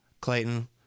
Clayton